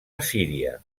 assíria